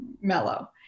mellow